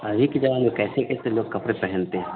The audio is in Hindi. आज के ज़माने में कैसे कैसे लोग कपड़े पहनते हैं